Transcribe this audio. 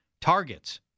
Targets